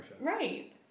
Right